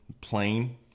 plain